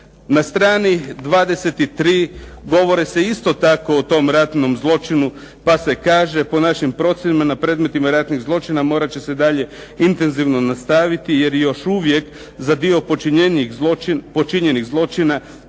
Na strani 23. govori se isto tako o tom ratnom zločinu pa se kaže: "Po našim procjenama na predmetima ratnih zločina morat će se dalje intenzivno nastaviti jer još uvijek za dio počinjenih zločina